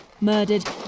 murdered